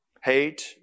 Hate